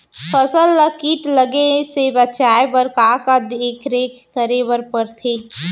फसल ला किट लगे से बचाए बर, का का देखरेख करे बर परथे?